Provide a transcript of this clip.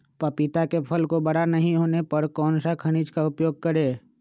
पपीता के फल को बड़ा नहीं होने पर कौन सा खनिज का उपयोग करें?